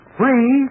free